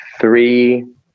three